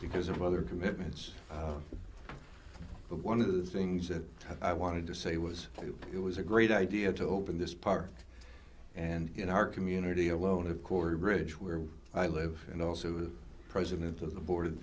because of other commitments but one of the things that i wanted to say was that it was a great idea to open this park and in our community alone of course the bridge where i live and also the president of the board of